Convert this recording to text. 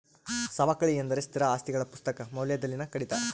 ಸವಕಳಿ ಎಂದರೆ ಸ್ಥಿರ ಆಸ್ತಿಗಳ ಪುಸ್ತಕ ಮೌಲ್ಯದಲ್ಲಿನ ಕಡಿತ